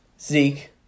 Zeke